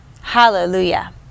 Hallelujah